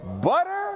butter